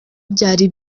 byari